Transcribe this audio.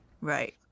Right